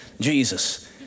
Jesus